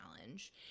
challenge